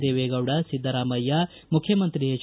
ದೇವೇಗೌಡ ಸಿದ್ದರಾಮಯ್ಯ ಮುಖ್ಯಮಂತ್ರಿ ಎಚ್